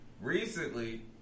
recently